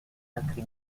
altri